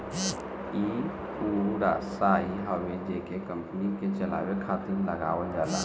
ई ऊ राशी हवे जेके कंपनी के चलावे खातिर लगावल जाला